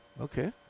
Okay